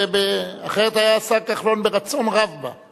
אחרת היה השר כחלון ברצון רב בא.